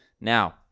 Now